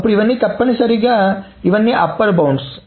అప్పుడు ఇవన్నీ తప్పనిసరిగా ఇవన్నీ ఎగువ హద్దులు